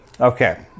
Okay